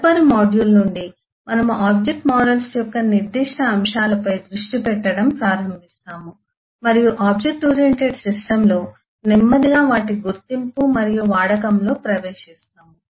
తదుపరి మాడ్యూల్ నుండి మనము ఆబ్జెక్ట్ మోడల్స్ యొక్క నిర్దిష్ట అంశాలపై దృష్టి పెట్టడం ప్రారంభిస్తాము మరియు ఆబ్జెక్ట్ ఓరియెంటెడ్ సిస్టమ్లో నెమ్మదిగా వాటి గుర్తింపు మరియు వాడకంలో ప్రవేశిస్తాము